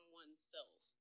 oneself